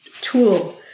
tool